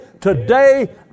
today